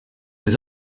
was